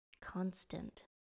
constant